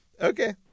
Okay